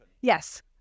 Yes